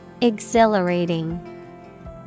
Exhilarating